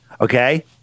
Okay